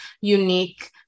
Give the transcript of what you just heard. unique